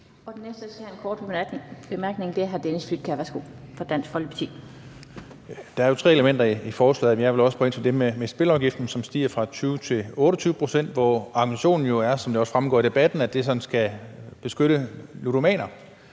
Der er jo tre elementer i forslaget, men jeg vil også spørge ind til det med spilleafgiften, som stiger fra 20 til 28 pct., og hvor argumentationen jo er, som det også fremgår af debatten, at det sådan skal beskytte ludomaner.